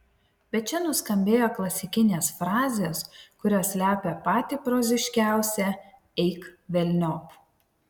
bet čia nuskambėjo klasikinės frazės kurios slepia patį proziškiausią eik velniop